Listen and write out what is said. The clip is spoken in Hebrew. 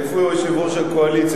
איפה יושב-ראש הקואליציה?